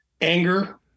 anger